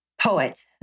poet